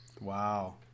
Wow